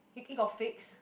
hickey got fix